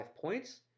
points